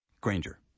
Granger